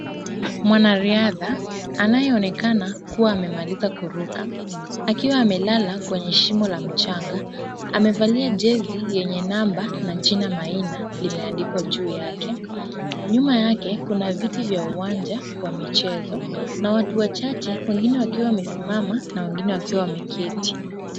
Mwanariadha anayeonekana kuwa amemaliza kuruka akiwa amelala kwenye shimo la mchanga amevalia jezi yenye namba na jina Maina limeandikwa juu yake. Nyuma yake kuna viti vya uwanja wa michezo na watu wachache wengine wakiwa wamesimama na wengine wakiwa wameketi.